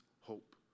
hope